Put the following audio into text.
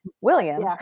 William